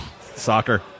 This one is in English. Soccer